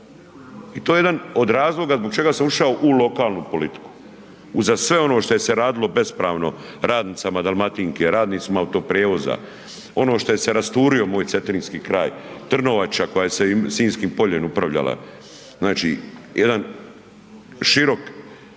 i to je jedan od razloga zbog čega sam ušao u lokalnu politiku, uza sve ono što se je radilo bespravno radnicama Dalmatinke, radnicima Autoprijevoza, ono što se je rasturio moj Cetinski kraj, Trnovača koja je Sinjskim poljem upravljala, znači jedan širok